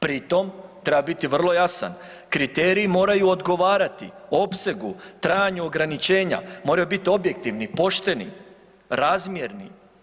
Pri tom treba biti vrlo jasan, kriteriji moraju odgovarati opsegu, trajanju ograničenja, moraju biti objektivni, pošteni, razmjerni.